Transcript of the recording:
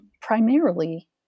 primarily